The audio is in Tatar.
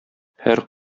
һәр